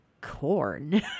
corn